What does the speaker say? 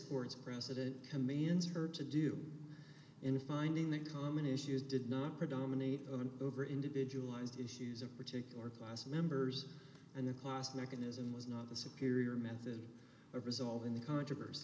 court's precedent commands her to do in a finding that common issues did not predominate of an over individualized issues of particular class members and the class mechanism was not the superior method of result in the controversy